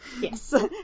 Yes